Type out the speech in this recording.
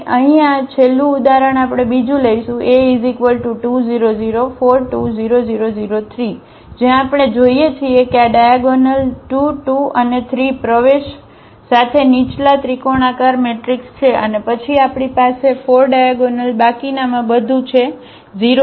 તેથી અહીં છેલ્લું ઉદાહરણ આપણે બીજું લઈશું A2 0 0 4 2 0 0 0 3 જ્યાં આપણે જોઈએ છીએ કે આ ડાયાગોનલ2 2 અને 3 પ્રવેશ સાથે નીચલા ત્રિકોણાકાર મેટ્રિક્સ છે અને પછી આપણી પાસે આ 4 ડાયાગોનલ બાકીનામાં બધું છે 0 છે